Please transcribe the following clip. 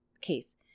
case